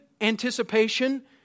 anticipation